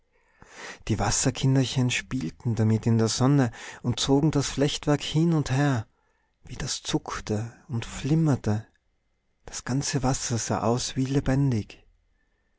die wasserkinderchen spielten damit in der sonne und zogen das flechtwerk hin und her wie das zuckte und flimmerte das ganze wasser sah aus wie lebendig